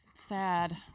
Sad